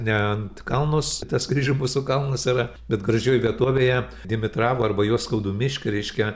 ne ant kalnos tas kryžių mūsų kalnas yra bet gražioj vietovėje dimitravo arba joskaudų miške reiškia